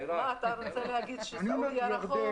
אתה רוצה להגיד שסעודיה רחוק?